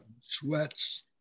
Sweats